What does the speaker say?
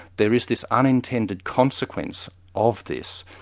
there is this unintended consequence of this.